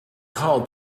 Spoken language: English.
call